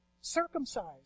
Circumcised